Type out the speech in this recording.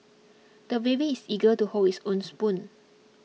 the baby is eager to hold his own spoon